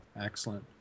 excellent